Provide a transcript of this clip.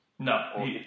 No